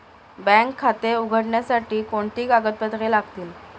Bank खाते उघडण्यासाठी कोणती कागदपत्रे लागतील?